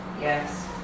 yes